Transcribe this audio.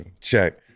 check